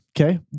Okay